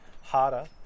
harder